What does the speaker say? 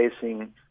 facing